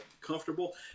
comfortable